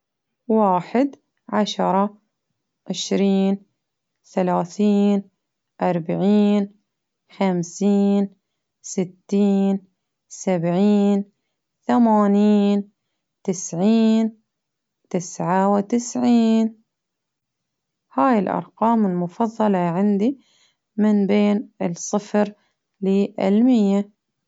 واحد عشرة عشرين ثلاثين أربعين خمسين ستين سبعين ثمانين تسعين تسعة وتسعين هاي الأرقام عندي من بين الصفر للمائة.